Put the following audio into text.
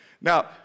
Now